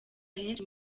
henshi